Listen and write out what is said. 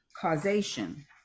causation